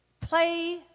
play